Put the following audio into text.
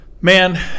Man